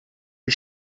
the